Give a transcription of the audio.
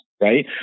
right